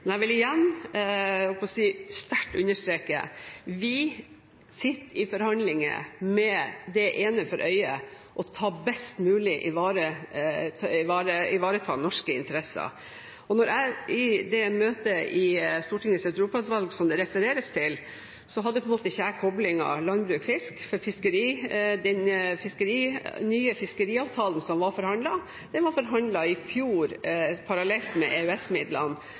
sterkt understreke: Vi sitter i forhandlinger med det ene for øye best mulig å ivareta norske interesser. I det møtet i Stortingets europautvalg som det refereres til, hadde ikke jeg koblingen av landbruk og fisk, for den nye fiskeriavtalen som var forhandlet, var forhandlet i fjor, parallelt med